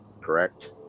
correct